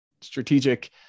strategic